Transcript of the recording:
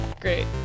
Great